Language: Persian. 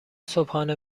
صبحانه